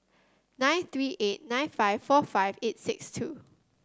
nine three eight nine five four five eight six two